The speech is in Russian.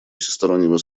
всестороннего